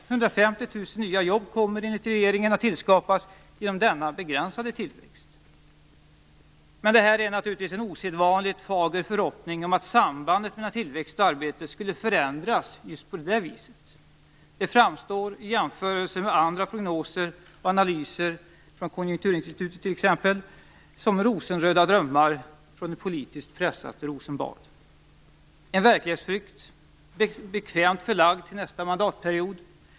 150 000 nya jobb kommer enligt regeringen att skapas genom denna begränsade tillväxt. Men att sambandet mellan tillväxt och arbete skulle förändras just på det viset är naturligtvis en osedvanligt fager förhoppning. Det framstår, i jämförelse med andra prognoser och analyser från t.ex. Konjunkturinstitutet, som rosenröda drömmar från ett politiskt pressat Rosenbad - en verklighetsflykt bekvämt förlagd till nästa mandatperiod.